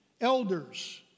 elders